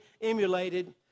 emulated